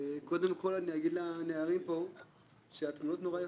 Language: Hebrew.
קודם כל אני אגיד לנערים פה שהתמונות נורא יפות.